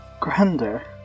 grander